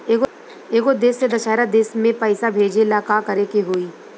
एगो देश से दशहरा देश मे पैसा भेजे ला का करेके होई?